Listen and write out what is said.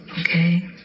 okay